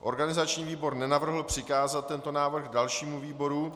Organizační výbor nenavrhl přikázat tento návrh dalšímu výboru.